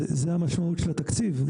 זו המשמעות של התקציב.